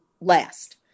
last